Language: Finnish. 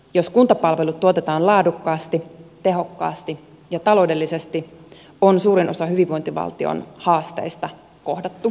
jos kuntapalvelut tuotetaan laadukkaasti tehokkaasti ja taloudellisesti on suurin osa hyvinvointivaltion haasteista kohdattu ja voitettu